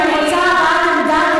אם את רוצה הבעת עמדה,